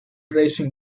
racing